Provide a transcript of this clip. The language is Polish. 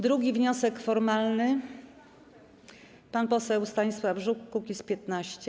Drugi wniosek formalny - pan poseł Stanisław Żuk, Kukiz’15.